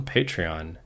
Patreon